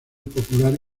popular